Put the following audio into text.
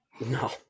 no